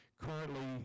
Currently